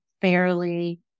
fairly